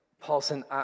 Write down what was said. Paulson